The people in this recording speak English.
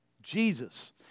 jesus